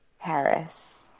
Paris